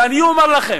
ואני אומר לכם,